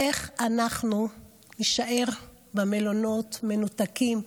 איך אנחנו נישאר במלונות מנותקים?